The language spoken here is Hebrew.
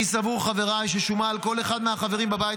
אני סבור ששומה על כל אחד מהחברים בבית